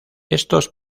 estos